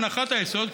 הנחת היסוד,